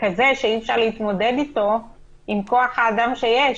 כזה שאי אפשר להתמודד איתו עם כוח האדם שיש?